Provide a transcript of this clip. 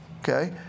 Okay